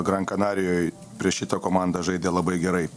gran kanarijoj prieš šitą komandą žaidė labai gerai